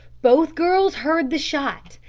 both girls heard the shot,